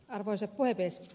arvoisa puhemies